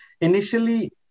initially